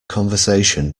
conversation